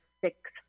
six